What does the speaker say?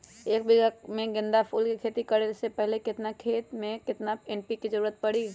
एक बीघा में गेंदा फूल के खेती करे से पहले केतना खेत में केतना एन.पी.के के जरूरत परी?